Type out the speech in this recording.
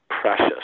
precious